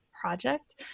project